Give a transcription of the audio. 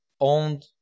owned